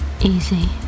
Easy